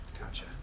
Gotcha